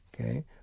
okay